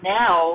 now